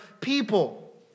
people